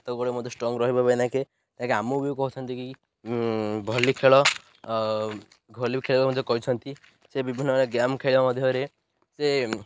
ସେତେବେଳେ ମଧ୍ୟ ଷ୍ଟ୍ରଙ୍ଗ ରହିବ ଆମକୁ ବି କହୁଛନ୍ତି କି ଭଲି ଖେଳ ଭଲି ଖେଳ ମଧ୍ୟ କହିଛନ୍ତି ସେ ବିଭିନ୍ନ ଗେମ୍ ଖେଳ ମଧ୍ୟରେ ସେ